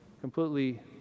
completely